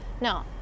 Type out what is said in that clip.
No